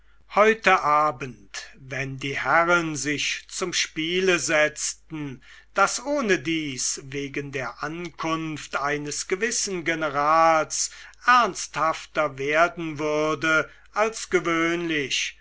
heute abend wenn die herren sich zum spiele setzten das ohnedies wegen der ankunft eines gewissen generals ernsthafter werden würde als gewöhnlich